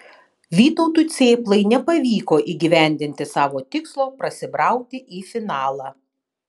vytautui cėplai nepavyko įgyvendinti savo tikslo prasibrauti į finalą